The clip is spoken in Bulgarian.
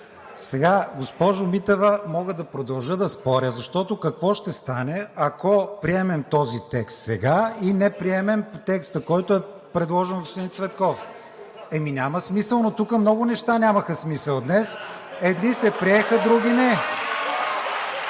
Госпожо Митева, мога да продължа да споря, защото, какво ще стане, ако приемем този текст сега и не приемем текста, който е предложен от господин Цветков. (Реплики.) Ами няма смисъл, но тук много неща нямаха смисъл днес. Едни се приеха, други не.